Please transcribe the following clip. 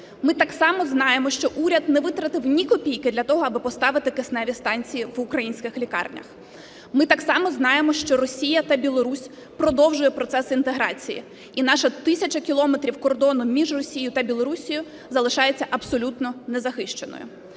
Ми так само знаємо, що уряд не витратив ні копійки для того, аби поставити кисневі станції в українських лікарнях. Ми так само знаємо, що Росія та Білорусь продовжують процес інтеграції. І наша тисяча кілометрів кордону між Росією та Білоруссю залишається абсолютно незахищеною.